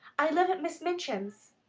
i live at miss minchin's.